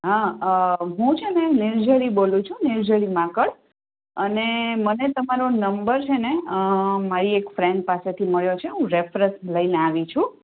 હા હું છે ને નિર્જરી બોલું છું નિર્જરી માકંડ અને મને તમારો નંબર છે ને મારી એક ફ્રેન્ડ પાસેથી મળ્યો છે હું રેફરન્સ લઈને આવી છું